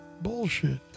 bullshit